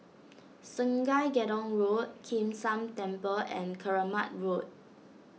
Sungei Gedong Road Kim San Temple and Keramat Road